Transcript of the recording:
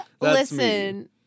listen